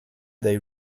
they